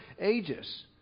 ages